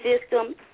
system